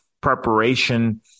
preparation